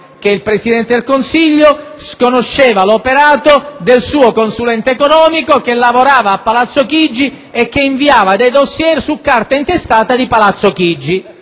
che il Presidente del Consiglio sconosceva l'operato del suo consulente economico il quale lavorava a Palazzo Chigi e inviava dei *dossier* su carta intestata di Palazzo Chigi.